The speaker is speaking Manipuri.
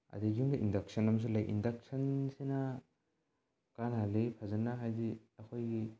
ꯑꯗꯒꯤ ꯌꯨꯝꯗ ꯏꯟꯗꯛꯁꯟ ꯑꯃꯁꯨ ꯂꯩ ꯏꯟꯗꯛꯁꯟꯁꯤꯅ ꯀꯥꯟꯅꯍꯜꯂꯤ ꯐꯖꯅ ꯍꯥꯏꯗꯤ ꯑꯩꯈꯣꯏꯒꯤ